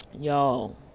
Y'all